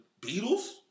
Beatles